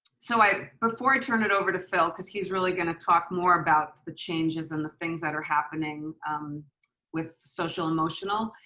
so before i turn it over to phil, cause he's really gonna talk more about the changes and the things that are happening with social emotional,